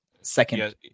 second